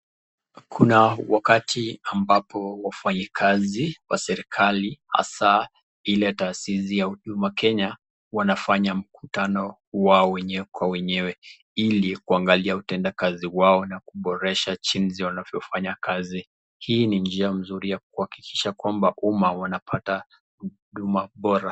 Kuna wakati ambapo wafanyi kazi wa serikali hasa ile taasisi ya huduma kenya wanafanya mkutano wao wenyewe kwa wenyewe ili kuangalia utenda kazi wao na kuboresha jinsi wanavyo fanya kazi, hii ni njia nzuri ya kuhakikisha kwamba uma wanapata huduma bora.